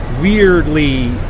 weirdly